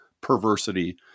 perversity